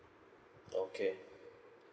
okay